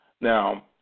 now